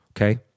okay